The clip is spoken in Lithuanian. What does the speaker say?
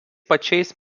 pačiais